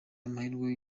amahirwe